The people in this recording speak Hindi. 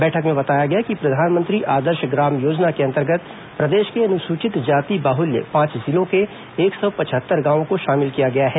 बैठक में बताया गया कि प्रधानमंत्री आदर्श ग्राम योजना के अंतर्गत प्रदेश के अनुसूचित जाति बाहल्य पांच जिलों के एक सौ पचहत्तर गांवों को शामिल किया गया है